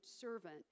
servant